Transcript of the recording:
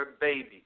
baby